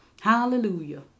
Hallelujah